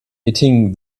hitting